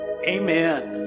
Amen